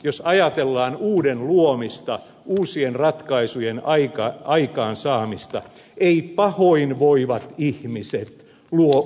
jos ajatellaan uuden luomista uusien ratkaisujen aikaansaamista eivät pahoinvoivat ihmiset luo uutta